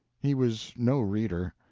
he was no reader.